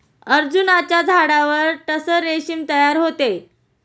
अर्जुनाच्या झाडावर टसर रेशीम तयार होते